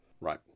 Right